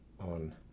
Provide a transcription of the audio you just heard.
on